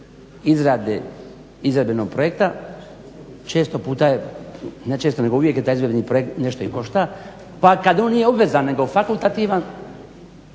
izrade izradbenog projekta često puta je, ne često nego uvijek taj izvedbeni projekt nešto i košta, pa kad on nije obvezan nego fakultativan